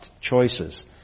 choices